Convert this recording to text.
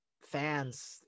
fans